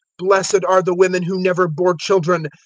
blessed are the women who never bore children,